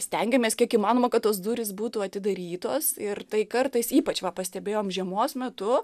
stengiamės kiek įmanoma kad tos durys būtų atidarytos ir tai kartais ypač va pastebėjom žiemos metu